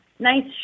Nice